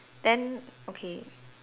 then okay